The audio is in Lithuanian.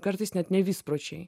kartais net nevispročiai